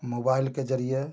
mobile के जरिए